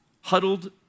huddled